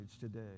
today